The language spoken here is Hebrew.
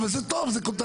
זה טוב, זה כותרתי.